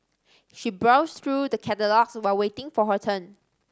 she browsed through the catalogues while waiting for her turn